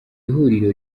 huriro